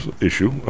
issue